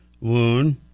wound